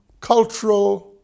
cultural